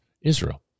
Israel